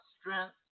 strength